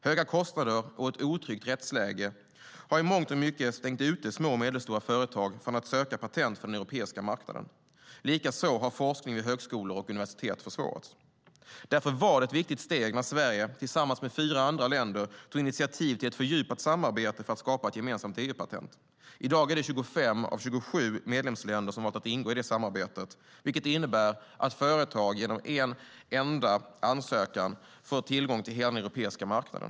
Höga kostnader och ett otryggt rättsläge har i mångt och mycket stängt ute små och medelstora företag från att söka patent för den europeiska marknaden. Likaså har forskning vid högskolor och universitet försvårats. Därför var det ett viktigt steg när Sverige, tillsammans med fyra andra länder, tog initiativ till ett fördjupat samarbete för att skapa ett gemensamt EU-patent. I dag är det 25 av 27 medlemsländer som har valt att ingå i samarbetet, vilket innebär att företag genom en enda ansökan får tillgång till hela den europeiska marknaden.